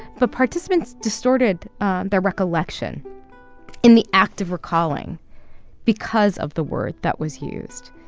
but participants distorted their recollection in the act of recalling because of the word that was used.